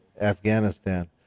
Afghanistan